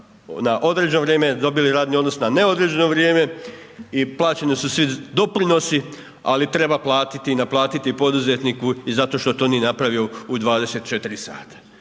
na određeno vrijeme dobili radni odnos na neodređeno vrijeme i plaćeni su svi doprinosi ali treba platiti i naplatiti poduzetniku i zato što to nije napravio u 24 sata.